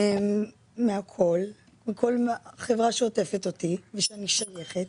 מכל החברה שעוטפת אותי ושאני שייכת